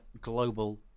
global